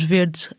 Verdes